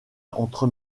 entre